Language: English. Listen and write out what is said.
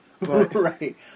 Right